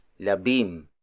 labim